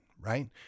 right